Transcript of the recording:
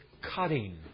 cutting